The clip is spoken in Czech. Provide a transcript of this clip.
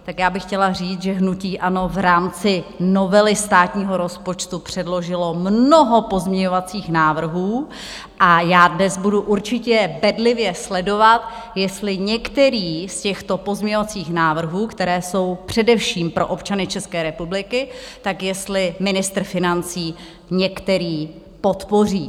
Tak já bych chtěla říci, že hnutí ANO v rámci novely státního rozpočtu předložilo mnoho pozměňovacích návrhů, a já dnes budu určitě bedlivě sledovat, jestli některý z těchto pozměňovacích návrhů, které jsou především pro občany České republiky, tak jestli ministr financí některý podpoří.